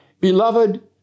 Beloved